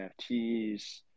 NFTs